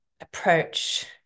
approach